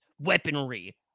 Weaponry